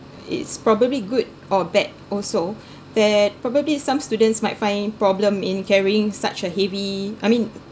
it's probably good or bad also that probably some students might find it problem in carrying such a heavy I mean